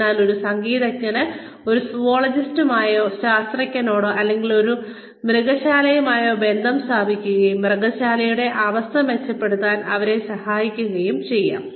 അതിനാൽ ഒരു സംഗീതജ്ഞന് ഒരു സുവോളജിസ്റ്റുമായോ സസ്യശാസ്ത്രജ്ഞനോടോ അല്ലെങ്കിൽ ഒരു മൃഗശാലയുമായോ ബന്ധം സ്ഥാപിക്കുകയും മൃഗശാലയുടെ അവസ്ഥ മെച്ചപ്പെടുത്താൻ അവരെ സഹായിക്കുകയും ചെയ്യാം